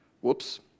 Whoops